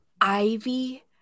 Ivy